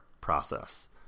process